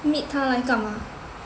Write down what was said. meet 他来干嘛